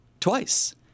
twice